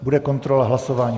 Bude kontrola hlasování.